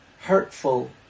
Hurtful